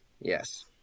yes